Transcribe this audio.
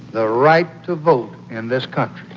the right to vote in this country